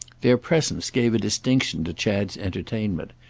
their presence gave a distinction to chad's entertainment,